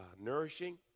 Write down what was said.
nourishing